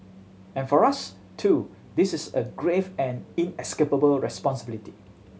and for us too this is a grave and inescapable responsibility